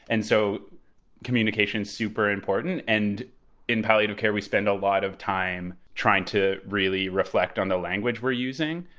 and so communication is super important, and in palliative care we spend a lot of time trying to really reflect on the language we're using,